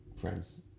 friends